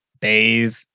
bathe